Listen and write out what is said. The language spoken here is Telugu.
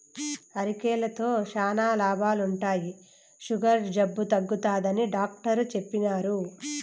అరికెలతో శానా లాభాలుండాయి, సుగర్ జబ్బు తగ్గుతాదని డాట్టరు చెప్పిన్నారు